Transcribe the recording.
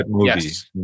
yes